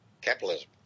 Capitalism